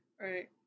right